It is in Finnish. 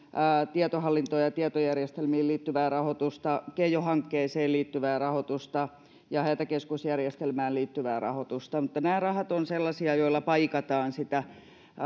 tietohallinto ja tietojärjestelmiin liittyvää rahoitusta keijo hankkeeseen liittyvää rahoitusta ja hätäkeskusjärjestelmään liittyvää rahoitusta mutta nämä rahat ovat sellaisia joilla paikataan sitä